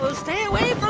so stay away but